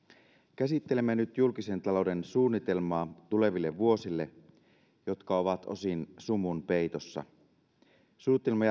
käsittelemme nyt julkisen talouden suunnitelmaa tuleville vuosille jotka ovat osin sumun peitossa suunnitelma